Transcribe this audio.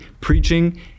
preaching